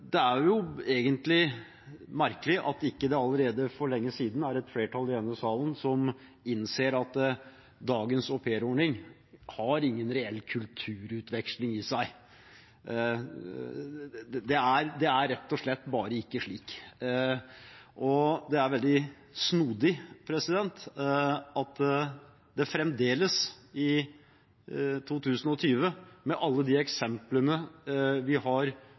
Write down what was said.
egentlig merkelig at det ikke allerede for lenge siden er et flertall i denne salen som innser at dagens aupairordning ikke har noen reell kulturutveksling i seg. Det er rett og slett bare ikke slik. Det er veldig snodig, fremdeles i 2020, at alle de eksemplene vi har